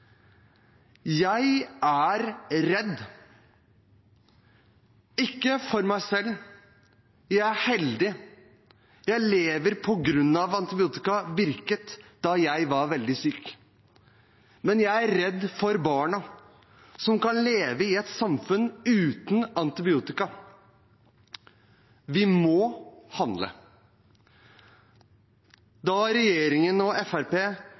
Jeg er redd – ikke for meg selv, jeg er heldig, jeg lever fordi antibiotika virket da jeg var veldig syk, men jeg er redd for barna som kan leve i et samfunn uten antibiotika. Vi må handle. Mens regjeringen og